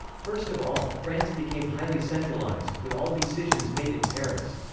first of all, france became highly centralized, with all decisions made in paris.